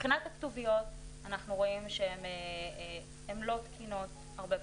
מבחינת הכתוביות אנחנו רואים שהן לא תקינות הרבה פעמים,